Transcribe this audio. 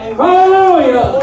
hallelujah